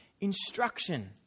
instruction